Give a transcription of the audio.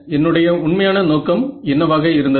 என்னுடைய உண்மையான நோக்கம் என்னவாக இருந்தது